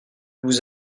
vous